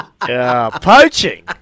Poaching